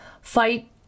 fight